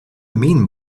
mean